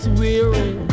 weary